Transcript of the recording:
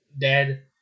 dead